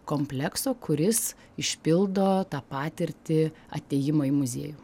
komplekso kuris išpildo tą patirtį atėjimą į muziejų